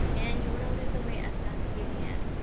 and you want to lose the weight as fast as you can,